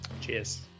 Cheers